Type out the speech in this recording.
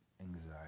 anxiety